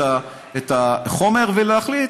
בהתחלה,